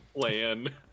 Plan